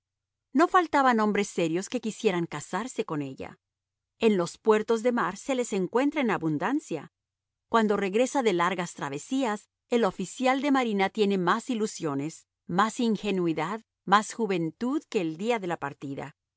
no faltaban hombres serios que quisieran casarse con ella en los puertos de mar se les encuentra en abundancia cuando regresa de largas travesías el oficial de marina tiene más ilusiones más ingenuidad más juventud que el día de la partida